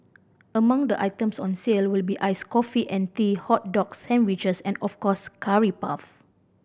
among the items on sale will be iced coffee and tea hot dogs sandwiches and of course curry puff